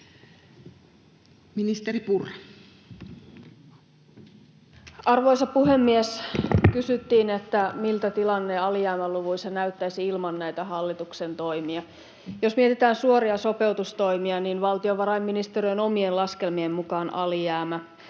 Ministeri Purra. Arvoisa puhemies! Kysyttiin, miltä tilanne alijäämäluvuissa näyttäisi ilman näitä hallituksen toimia. Jos mietitään suoria sopeutustoimia, niin valtiovarainministeriön omien laskelmien mukaan alijäämä